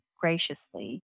graciously